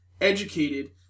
educated